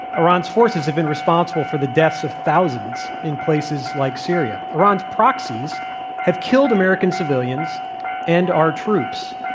iran's forces have been responsible for the deaths of thousands in places like syria. iran's proxies have killed american civilians and our troops.